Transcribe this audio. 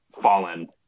fallen